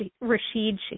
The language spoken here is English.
Rashid